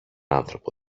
άνθρωπο